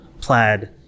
plaid